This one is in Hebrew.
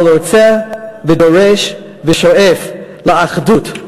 אבל רוצה ודורש ושואף לאחדות,